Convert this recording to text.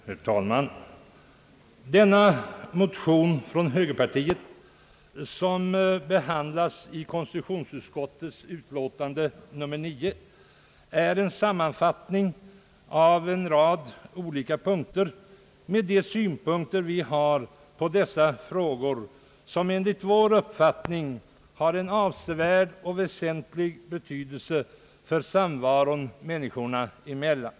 Herr talman! Den motion från högerpartiet, som behandlas i konstitutionsutskottets utlåtande nr 9, utgör en sammanfattning av en rad olika önskemål och de synpunkter vi därvidlag har. Enligt vår uppfattning gäller det frågor som har avsevärd och väsentlig betydelse för samvaron människorna emellan.